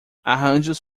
arranjos